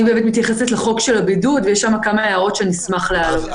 אני באמת מתייחסת לחוק של הבידוד ויש שם כמה הערות שנשמח להעלות.